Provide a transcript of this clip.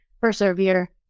persevere